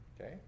Okay